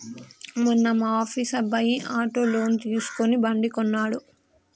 మొన్న మా ఆఫీస్ అబ్బాయి ఆటో లోన్ తీసుకుని బండి కొన్నడు